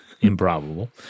improbable